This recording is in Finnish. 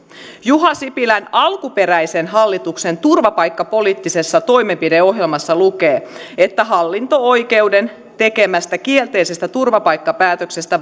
juha sipilän alkuperäisen hallituksen turvapaikkapoliittisessa toimenpideohjelmassa lukee että hallinto oikeuden tekemästä kielteisestä turvapaikkapäätöksestä